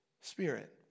Spirit